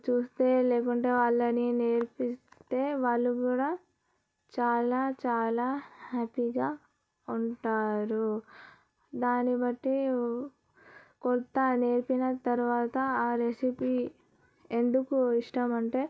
చూస్తే లేకుంటే వాళ్ళని నేర్పిస్తే వాళ్ళు కూడా చాలా చాలా హ్యాపీగా ఉంటారు దాని బట్టి కొత్తగా నేర్పిన తర్వాత ఆ రెసిపీ ఎందుకు ఇష్టం అంటే